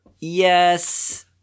yes